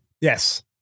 Yes